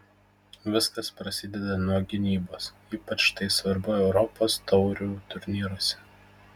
viskas prasideda nuo gynybos ypač tai svarbu europos taurių turnyruose